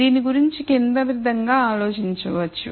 దీని గురించి క్రింద విధంగా ఆలోచించవచ్చు